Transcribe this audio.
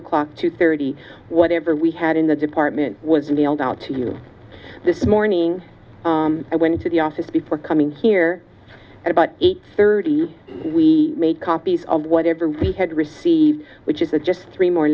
o'clock two thirty whatever we had in the department was mailed out to you this morning and went to the office before coming here at about eight thirty we made copies of whatever we had received which is a just three more